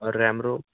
और रैम रोम